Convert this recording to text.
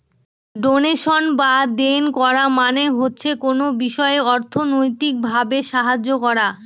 donation বা দেন করা মানে হচ্ছে কোনো বিষয়ে অর্থনৈতিক ভাবে সাহায্য করা